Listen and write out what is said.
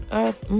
earth